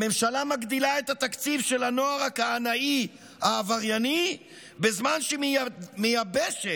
הממשלה מגדילה את התקציב של הנוער הכהנאי העברייני בזמן שהיא מייבשת